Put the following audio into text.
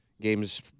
games